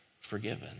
forgiven